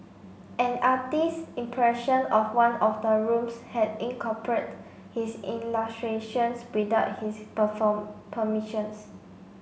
an artist impression of one of the rooms had incorporate his illustrations without his perform permissions